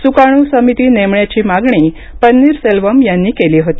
सुकाणू समिती नेमण्याची मागणी पन्नीरसेल्वम यांनी केली होती